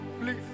Please